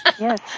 Yes